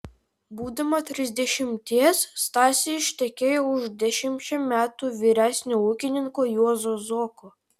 būdama trisdešimties stasė ištekėjo už dešimčia metų vyresnio ūkininko juozo zoko